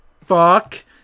fuck